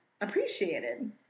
appreciated